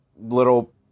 little